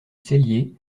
cellier